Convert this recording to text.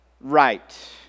right